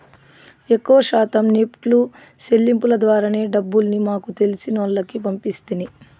ఎక్కవ శాతం నెప్టు సెల్లింపుల ద్వారానే డబ్బుల్ని మాకు తెలిసినోల్లకి పంపిస్తిని